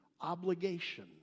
obligation